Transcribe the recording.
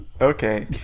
Okay